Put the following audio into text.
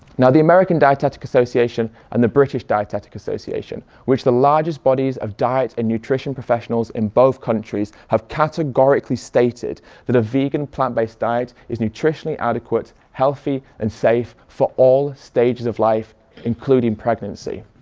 now the american dietetic association and the british dietetic association which are the largest bodies of diet and nutrition professionals in both countries have categorically stated that a vegan plant-based diet is nutritionally adequate, healthy and safe for all stages of life including pregnancy.